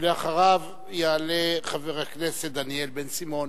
ואחריו יעלה חבר הכנסת דניאל בן-סימון.